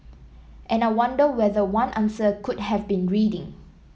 and I wonder whether one answer could have been reading